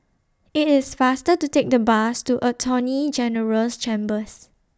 IT IS faster to Take The Bus to Attorney General's Chambers